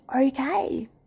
okay